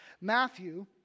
Matthew